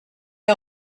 est